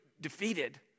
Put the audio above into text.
defeated